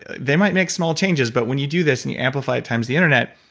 they might make small changes, but when you do this and you amplify it times the internet,